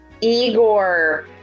Igor